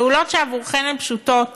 פעולות שעבורכם הן פשוטות